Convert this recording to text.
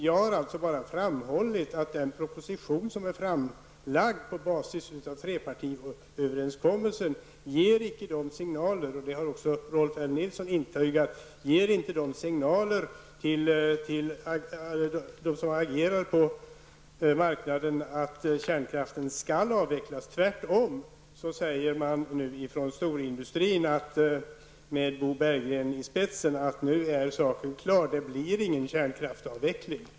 Jag har framhållit att den proposition som är framlagd på basis av trepartiöverenskommelsen icke ger signaler till dem som agerar på marknaden om att kärnkraften skall avvecklas, och det har också Rolf L Nilson intygat. Tvärtom säger man nu från storindustrin, med Bo Berggren i spetsen, att saken nu är klar. Det blir ingen kärnkraftsavveckling.